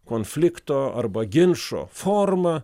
konflikto arba ginčo forma